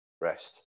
rest